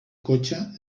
cotxe